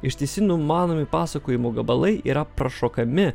ištisi numanomi pasakojimų gabalai yra prašokami